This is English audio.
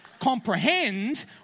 comprehend